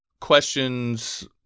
questions